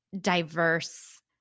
diverse